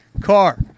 car